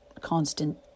constant